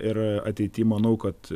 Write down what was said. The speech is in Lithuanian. ir ateity manau kad